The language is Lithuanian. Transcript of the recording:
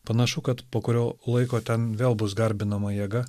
panašu kad po kurio laiko ten vėl bus garbinama jėga